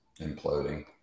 imploding